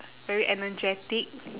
very energetic